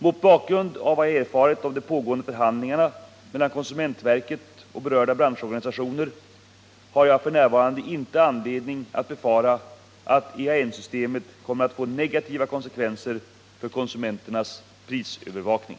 Mot bakgrund av vad jag erfarit om de pågående förhandlingarna mellan konsumentverket och berörda branschorganisationer har jag f.n. inte anledning att befara att EAN-systemet kommer att få negativa konsekvenser för konsumenternas prisövervakning.